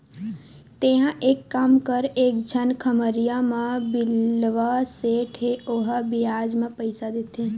तेंहा एक काम कर एक झन खम्हरिया म बिलवा सेठ हे ओहा बियाज म पइसा देथे